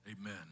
Amen